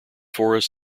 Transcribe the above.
forests